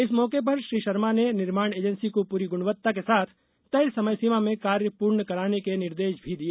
इस मौके पर श्री शर्मा ने निर्माण ऐजेन्सी को पूरी गुणवत्ता के साथ तय समय सीमा में कार्य पूर्ण कराने के निर्देश भी दिए